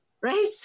right